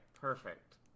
perfect